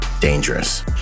dangerous